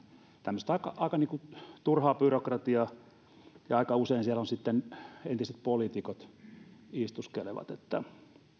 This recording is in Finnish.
tämmöistä aika aika niin kuin turhaa byrokratiaa ja aika usein siellä sitten entiset poliitikot istuskelevat että